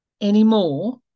anymore